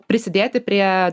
prisidėti prie